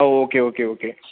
oh okay okay okay